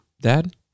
dad